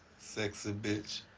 sexy bitch?